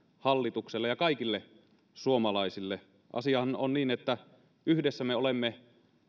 hallitukselle ja kaikille suomalaisille asiahan on niin että yhdessä me olemme